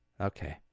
Okay